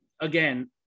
again